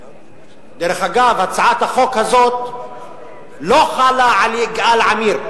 דרך אגב, הצעת החוק הזאת לא חלה על יגאל עמיר.